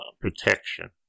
protection